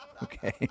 Okay